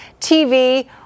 TV